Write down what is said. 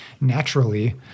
naturally